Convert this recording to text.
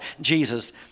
Jesus